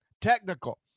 technical